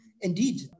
indeed